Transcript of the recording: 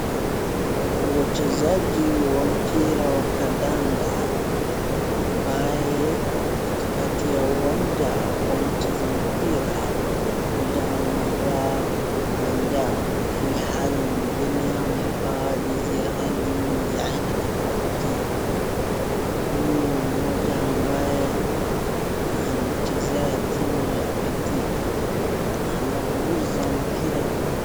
Wachezaji wa mpira wa kadanda ambaye wako katikati ya uwanja wanacheza mpira mmoja amevaa manjano, ilhali mwingine amevaa jezi ya aina tofauti. Huyu mmoja ambaye anachezea timu ya betika anaguza mpira.